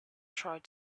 tried